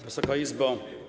Wysoka Izbo!